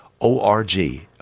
O-R-G